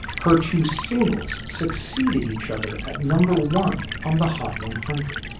her two singles succeeded each other at number one on the hot one hundred.